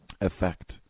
effect